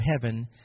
heaven